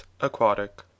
aquatic